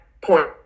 point